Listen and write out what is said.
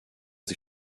sie